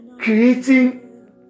creating